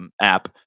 app